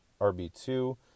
RB2